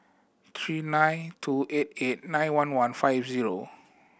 three nine two eight eight nine one one five zero